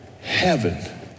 Heaven